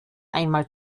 einmal